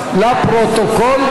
לפרוטוקול.